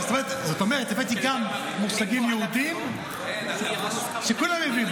זאת אומרת, הבאתי כאן מושגים יהודיים שכולם יבינו.